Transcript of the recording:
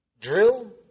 Drill